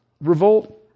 revolt